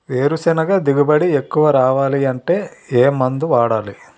వేరుసెనగ దిగుబడి ఎక్కువ రావాలి అంటే ఏ మందు వాడాలి?